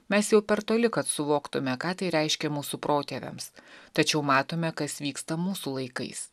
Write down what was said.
mes jau per toli kad suvoktume ką tai reiškia mūsų protėviams tačiau matome kas vyksta mūsų laikais